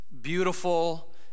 beautiful